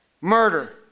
Murder